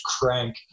crank